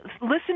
listen